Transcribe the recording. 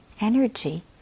energy